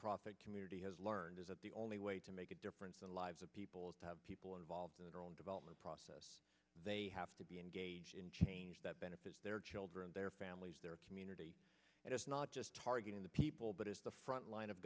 nonprofit community has learned is that the only way to make a difference in the lives of people people involved in their own development process they have to be engage in change that benefits their children their families their community and it's not just targeting the people but it's the front line of